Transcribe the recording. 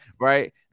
right